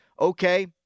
Okay